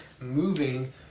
moving